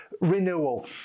renewal